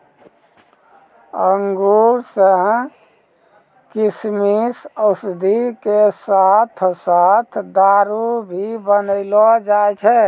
अंगूर सॅ किशमिश, औषधि के साथॅ साथॅ दारू भी बनैलो जाय छै